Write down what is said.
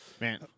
Man